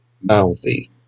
mouthy